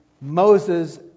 Moses